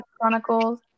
Chronicles